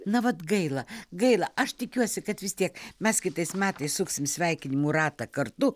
na vat gaila gaila aš tikiuosi kad vis tiek mes kitais metais suksim sveikinimų ratą kartu